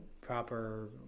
proper